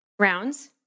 rounds